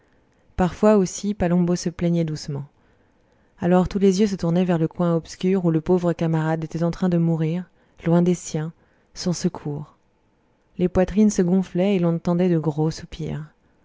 parfois aussi palombo se plaignait doucement alors tous les yeux se tournaient vers le coin obscur où le pauvre camarade était en train de mourir loin des siens sans secours les poitrines se gonflaient et l'on entendait de gros soupirs